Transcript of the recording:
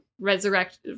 resurrect